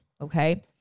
Okay